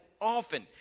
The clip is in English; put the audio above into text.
often